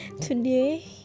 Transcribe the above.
Today